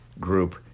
group